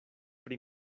pri